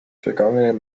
vergangenen